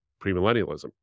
premillennialism